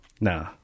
nah